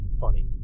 funny